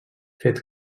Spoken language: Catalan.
fet